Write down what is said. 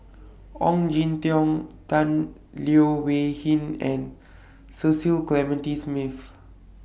Ong Jin Teong Tan Leo Wee Hin and Cecil Clementi Smith